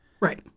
Right